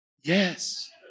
Yes